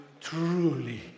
truly